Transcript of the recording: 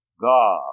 God